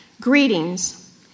greetings